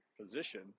position